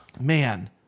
man